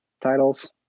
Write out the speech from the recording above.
titles